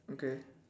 okay